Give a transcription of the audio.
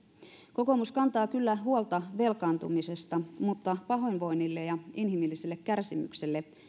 kokoomus kantaa kyllä huolta velkaantumisesta mutta pahoinvoinnille ja inhimilliselle kärsimykselle